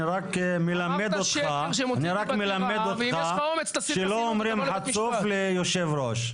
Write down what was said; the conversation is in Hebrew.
אני רק מלמד אותך שלא אומרים 'חצוף' ליו"ר.